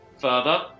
Further